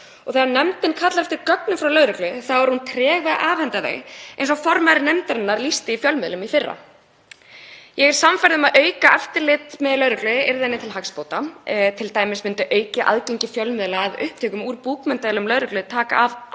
Þegar nefndin kallar eftir gögnum frá lögreglu er hún treg til að afhenda þau, eins og formaður nefndarinnar lýsti í fjölmiðlum í fyrra. Ég er sannfærð um að aukið eftirlit með lögreglu yrði henni til hagsbóta, t.d. myndi aukið aðgengi fjölmiðla að upptökum úr búkmyndavélum lögreglu taka af